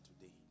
today